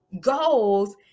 goals